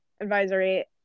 advisory